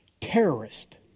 Terrorist